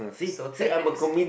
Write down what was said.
so ten minutes